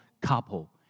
couple